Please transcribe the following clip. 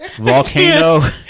Volcano